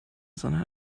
sondern